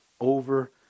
over